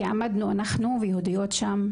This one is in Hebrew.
כי עמדנו אנחנו ויהודיות שם,